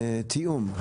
תיאום.